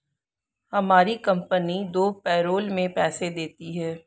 हमारी कंपनी दो पैरोल में पैसे देती है